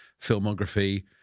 filmography